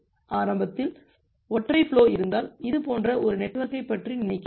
ஆரம்பத்தில் ஒற்றை ஃபுலோ இருந்தால் இது போன்ற ஒரு நெட்வொர்க்கைப் பற்றி நினைக்கிறோம்